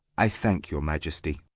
i thank your majesty.